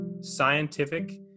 scientific